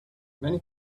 many